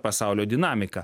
pasaulio dinamika